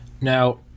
Now